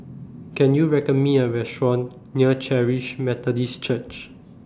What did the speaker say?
Can YOU recommend Me A Restaurant near Charis Methodist Church